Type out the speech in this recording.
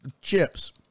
chips